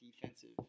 defensive